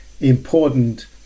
important